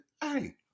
hey